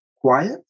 quiet